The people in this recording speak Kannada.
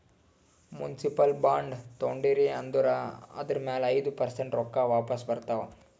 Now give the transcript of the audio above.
ಮುನ್ಸಿಪಲ್ ಬಾಂಡ್ ತೊಂಡಿರಿ ಅಂದುರ್ ಅದುರ್ ಮ್ಯಾಲ ಐಯ್ದ ಪರ್ಸೆಂಟ್ ರೊಕ್ಕಾ ವಾಪಿಸ್ ಬರ್ತಾವ್